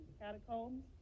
catacombs